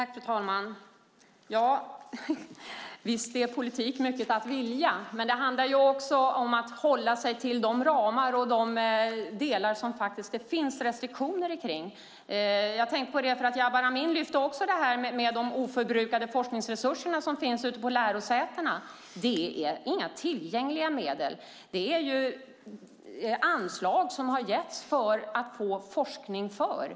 Fru talman! Visst handlar politik mycket om att vilja, men det handlar också om att hålla sig till de ramar och restriktioner som faktiskt finns. Jag tänkte på det när även Jabar Amin lyfte upp det här med de oförbrukade forskningsresurserna ute på lärosätena. Men det är inga tillgängliga medel utan anslag som har getts för att man ska få forskning för dem.